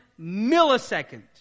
millisecond